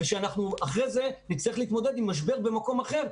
ואחרי זה אנחנו נצטרך להתמודד עם משבר במקום אחר,